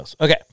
Okay